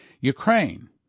Ukraine